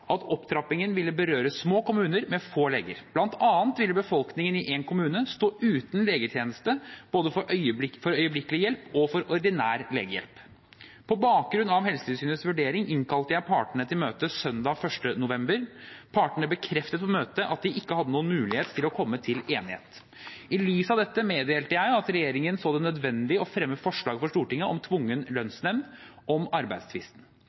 at opptrappingen ville berøre små kommuner med få leger. Blant annet ville befolkningen i en kommune stå uten legetjeneste, både for øyeblikkelig hjelp og for ordinær legehjelp. På bakgrunn av Helsetilsynets vurdering innkalte jeg partene til møte søndag 1. november. Partene bekreftet på møtet at de ikke hadde noen mulighet til å komme til enighet. I lys av dette meddelte jeg at regjeringen så det nødvendig å fremme forslag for Stortinget om tvungen lønnsnemnd om arbeidstvisten.